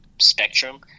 spectrum